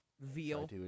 Veal